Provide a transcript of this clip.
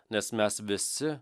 nes mes visi